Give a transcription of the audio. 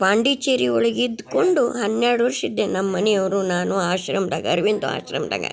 ಪಾಂಡಿಚೇರಿ ಒಳಗಿದ್ಕೊಂಡು ಹನ್ನೆರಡು ವರ್ಷ ಇದ್ದೆ ನಮ್ಮನಿಯವರು ನಾನು ಆಶ್ರಮ್ದಾಗ ಅರವಿಂದ ಆಶ್ರಮ್ದಾಗ